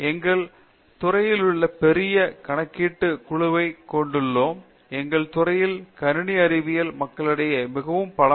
பேராசிரியர் சத்யநாராயண நா குமாடி எங்கள் துறையிலுள்ள பெரிய கணக்கீட்டுக் குழுவைக் கொண்டுள்ளோம் எங்கள் துறையிலும் கணினி அறிவியல் மக்களிடையேயும் மிகவும் பலமான தொடர்பு உள்ளது